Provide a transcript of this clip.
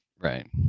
Right